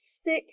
stick